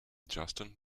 justin